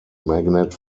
magnet